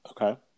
okay